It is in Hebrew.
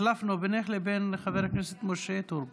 החלפנו בינך לבין חבר הכנסת משה טור פז.